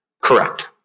Correct